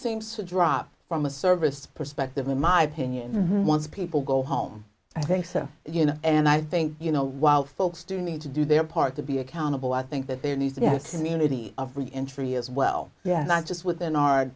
seems to drop from a service perspective in my opinion one people go home i think so you know and i think you know while folks do need to do their part to be accountable i think that they need to have some unity of reentry as well yeah i'm just within our